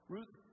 Ruth